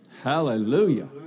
Hallelujah